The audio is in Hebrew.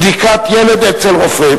בדיקת ילד אצל רופא).